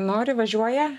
nori važiuoja